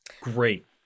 Great